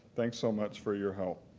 thanks so much for your help.